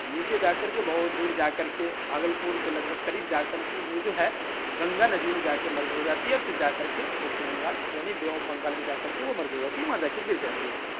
نیچے جا کر کے بہت دور جا کر کے بھاگل پور کے لگ بھگ قریب جا کر کے وہ جو ہے گنگا ندی میں جا کے مرج ہو جاتی ہے اور پھر جا کر کے ویسٹ بنگال یعنی بے آف بنگال جا کر کے وہ مرج ہو جاتی ہے وہاں جا کے گر جاتی ہے